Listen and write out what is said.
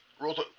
rules